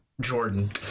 Jordan